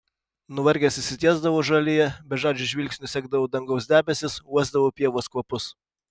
nuvargęs išsitiesdavau žolėje bežadžiu žvilgsniu sekdavau dangaus debesis uosdavau pievos kvapus